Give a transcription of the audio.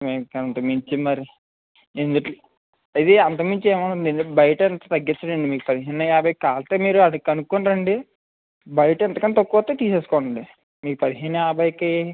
ఇంక అంతకుమించి మరి ఇందు ఇది అంతకుమించి ఏం ఉండదండి బయట ఇంత తగ్గించడండి మీకు పదిహేను యాభైకి కావలిస్తే మీరు అది కనుక్కుని రండి బయట ఇంతకన్నా తక్కువ అయితే తీసుకోండి మీ పదిహేను యాభైకి